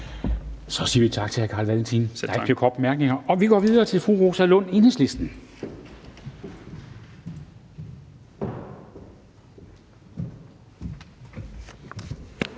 Så siger vi tak til hr. Carl Valentin. Der er ikke flere korte bemærkninger. Og vi går videre til fru Rosa Lund, Enhedslisten.